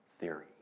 theory